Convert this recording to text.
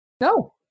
no